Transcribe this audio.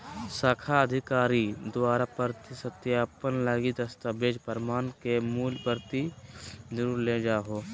शाखा अधिकारी द्वारा प्रति सत्यापन लगी दस्तावेज़ प्रमाण के मूल प्रति जरुर ले जाहो